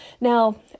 Now